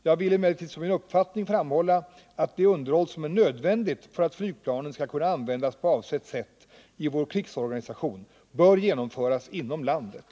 Jag vill emellertid som min uppfattning framhålla att det underhåll som är nödvändigt för att flygplanen skall kunna användas på avsett sätt i vår krigsorganisation bör genomföras inom landet.